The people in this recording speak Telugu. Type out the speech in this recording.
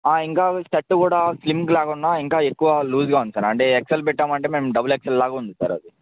ఇంకా షర్ట్ కూడా స్లిమ్ లేకుండా ఇంకా ఎక్కువ లూజ్గా ఉంది సార్ అంటే ఎక్సెల్ పెట్టమంటే మేము డబల్ ఎక్సెల్ లాగా ఉంది సార్